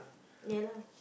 ya lah